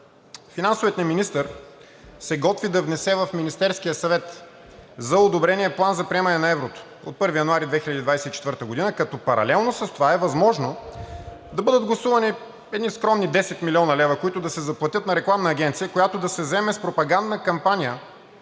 Финансовият ни министър се готви да внесе в Министерския съвет за одобрение План за приемане на еврото от 1 януари 2024 г., като паралелно с това е възможно да бъдат гласувани едни скромни 10 млн. лв., които да се заплатят на рекламна агенция, която да се заеме с пропагандна кампания,